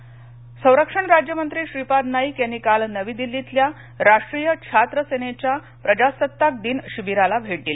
Shripad Naik N C C संरक्षण राज्यमंत्री श्रीपाद नाईक यांनी काल नवी दिल्लीतल्या राष्ट्रीय छात्र सेनेच्या प्रजासत्ताक दिन शिबिराला भेट दिली